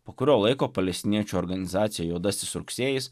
po kurio laiko palestiniečių organizacija juodasis rugsėjis